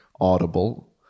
audible